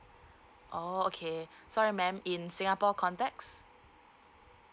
oh okay sorry ma'am in singapore context